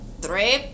three